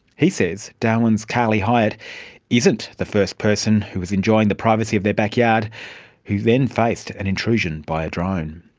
he says darwin's karli hyatt isn't the first person who was enjoying the privacy of their backyard who then faced an intrusion by a drone.